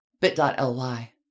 Bit.ly